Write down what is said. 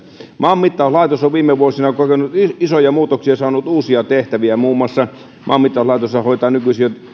maanmittauslaitos on viime vuosina kokenut isoja muutoksia muun muassa saanut uusia tehtäviä maanmittauslaitoshan hoitaa nykyisin jo